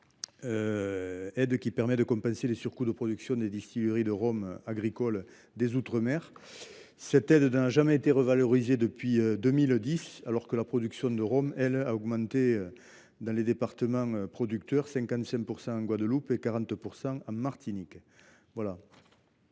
aide permet de compenser les surcoûts de production des distilleries de rhum agricole des outre mer. Elle n’a jamais été revalorisée depuis 2010, alors que la production de rhum a augmenté dans les départements producteurs : de 55 % en Guadeloupe et de 40 % en Martinique.